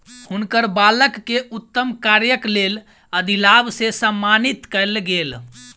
हुनकर बालक के उत्तम कार्यक लेल अधिलाभ से सम्मानित कयल गेल